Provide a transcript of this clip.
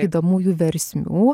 gydomųjų versmių